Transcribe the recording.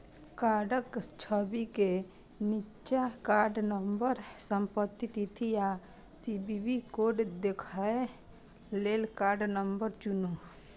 कार्डक छवि के निच्चा कार्ड नंबर, समाप्ति तिथि आ सी.वी.वी कोड देखै लेल कार्ड नंबर चुनू